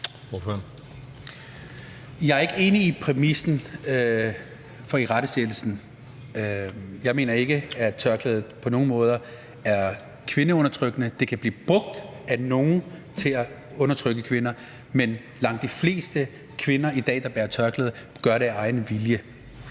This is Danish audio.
Jeg er ikke enig i præmissen for irettesættelsen. Jeg mener ikke, at tørklædet på nogen måde er kvindeundertrykkende. Det kan blive brugt af nogle til at undertrykke kvinder, men langt de fleste kvinder, der bærer tørklæde i dag, gør det af egen vilje.